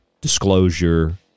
disclosure